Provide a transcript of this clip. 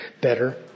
better